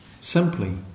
simply